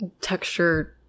texture